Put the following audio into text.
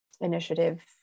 initiative